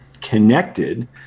connected